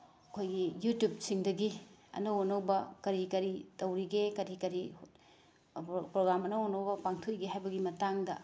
ꯑꯩꯈꯣꯏꯒꯤ ꯌꯨꯇꯨꯞꯁꯤꯡꯗꯒꯤ ꯑꯅꯧ ꯑꯅꯧꯕ ꯀꯔꯤ ꯀꯔꯤ ꯇꯧꯔꯤꯒꯦ ꯀꯔꯤ ꯀꯔꯤ ꯄ꯭ꯔꯣꯒꯥꯝ ꯑꯅꯧ ꯑꯅꯧꯕ ꯄꯥꯡꯊꯣꯛꯏꯒꯦ ꯍꯥꯏꯕꯒꯤ ꯃꯇꯥꯡꯗ